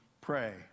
pray